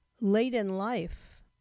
late-in-life